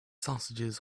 sausages